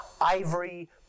ivory